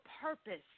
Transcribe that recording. purpose